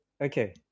okay